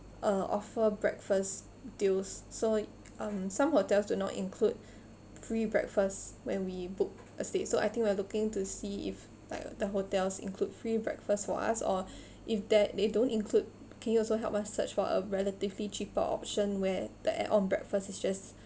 uh offer breakfast deals so um some hotels do not include free breakfast when we book a stay so I think we are looking to see if like the hotels include free breakfast for us or if that they don't include can you also help us search for a relatively cheaper option where the add on breakfast is just